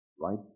Right